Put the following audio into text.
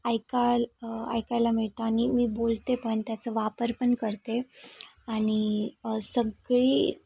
ऐकायला ऐकायला मिळतं आणि मी बोलते पण त्याचा वापर पण करते आणि सगळी